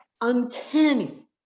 uncanny